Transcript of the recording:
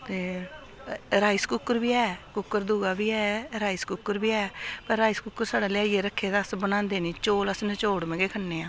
ते rice cooker बी ऐ कुक्कर दूआ बी ऐ राइस कुक्कर बी ऐ पर राइस कुक्कर साढ़े लेआइयै रक्खे ते अस बनांदे निं चौल अस नचोड़में गै खन्ने आं